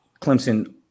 clemson